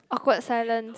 awkward silence